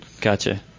Gotcha